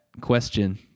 question